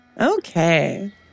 Okay